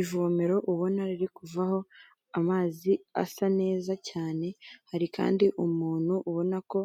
Ivomero ubona riri kuvaho amazi asa neza cyane hari kandi umuntu ubona ko